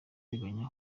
hateganywa